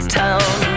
town